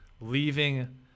leaving